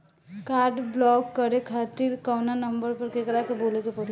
Card block करे खातिर कवना नंबर पर केकरा के बोले के परी?